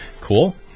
Cool